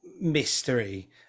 mystery